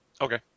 Okay